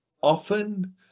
often